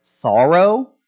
sorrow